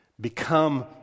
become